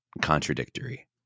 contradictory